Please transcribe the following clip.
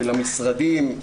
של המשרדים,